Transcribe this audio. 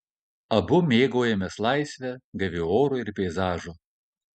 abu mėgaujamės laisve gaiviu oru ir peizažu